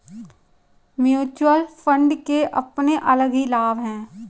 mutual fund के अपने अलग ही लाभ हैं